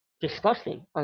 disgusting